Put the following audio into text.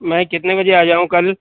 میں کتنے بجے آ جاؤں کل